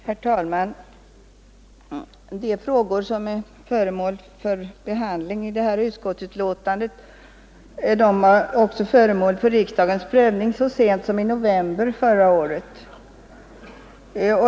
Herr talman! De frågor som är föremål för behandling i det här utskottsbetänkandet prövades av riksdagen så sent som i november förra året.